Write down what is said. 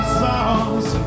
songs